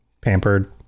pampered